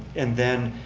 and then,